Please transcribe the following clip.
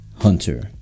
Hunter